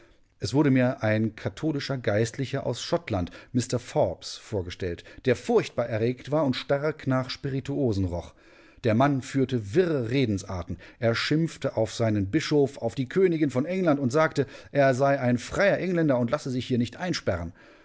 es wurde mir ein katholischer geistlicher aus schottland mr forbes vorgestellt der furchtbar erregt war und stark nach spirituosen roch der mann führte wirre redensarten er schimpfte auf seinen bischof auf die königin von england und sagte er sei ein freier engländer und lasse sich hier nicht einsperren